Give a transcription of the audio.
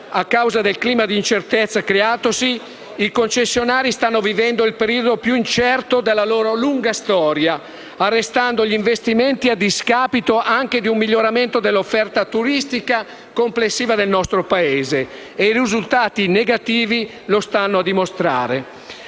a causa del clima d'incertezza creatosi, i concessionari stanno vivendo il periodo più incerto della loro lunga storia, arrestando gli investimenti a discapito anche di un miglioramento dell'offerta turistica complessiva del nostro Paese e i risultati negativi lo stanno a dimostrare.